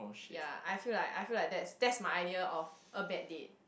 ya I feel like I feel like that's that's my idea of a bad date